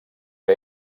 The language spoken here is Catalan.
que